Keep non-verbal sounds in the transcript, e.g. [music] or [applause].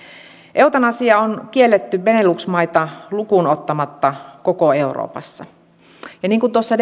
eutanasia on kielletty benelux maita lukuun ottamatta koko euroopassa niin kuin tuossa [unintelligible]